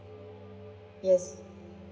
yes